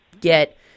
get